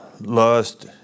lust